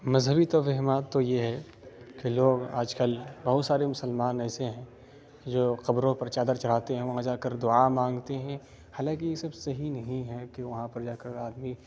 مذہبی توہمات تو یہ ہے کہ لوگ آج کل بہت سارے مسلمان ایسے ہیں جو قبروں پر چادر چڑھاتے ہیں وہاں جا کر دعا مانگتے ہیں حالانکہ یہ سب صحیح نہیں ہے کہ وہاں پر جا کر آدمی